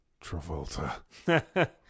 Travolta